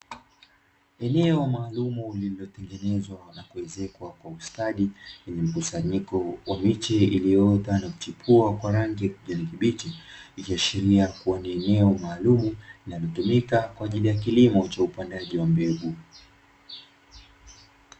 Eneo maalumu lililotengenezwa na kuezekwa kwa ustadi, lenye mkusanyiko wa miche iliyoota na kuchipua kwa rangi ya kijani kibichi; ikiashiria kuwa ni eneo maalumu linalotumika kwa ajili ya kilimo cha upandaji wa mbegu.